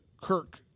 Kirk